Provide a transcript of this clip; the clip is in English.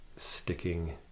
sticking